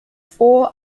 four